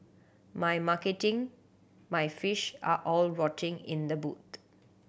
my marketing my fish are all rotting in the boot